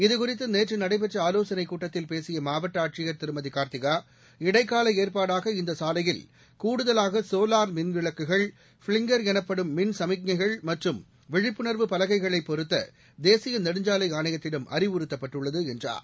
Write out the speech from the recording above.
இதுகுறித்து நேற்று நடைபெற்ற ஆலோசனைக் கூட்டத்தில் பேசிய மாவட்ட ஆட்சியர் திருமதி கா்த்திகா இடைக்கால ஏற்பாடாக இந்த சாலையில் கூடுதலாக சோலா் மின்விளக்குகள் ஃப்ளிங்கள் எனப்படும் மின் சமிக்ஞைகள் மற்றும் விழிப்புணர்வு பலகைகளை பொருத்த தேசிய நெடுஞ்சாலை ஆணையத்திடம் அறிவுறுத்தப்பட்டுள்ளது என்றார்